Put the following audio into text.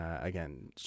again